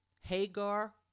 Hagar